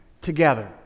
together